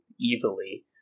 easily